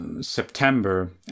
September